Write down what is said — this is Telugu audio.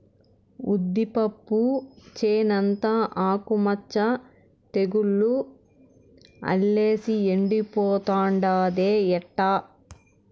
ఉద్దిపప్పు చేనంతా ఆకు మచ్చ తెగులు అల్లేసి ఎండిపోతుండాదే ఎట్టా